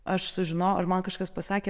aš sužinojau ar man kažkas pasakė